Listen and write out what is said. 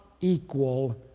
equal